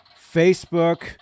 Facebook